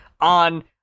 on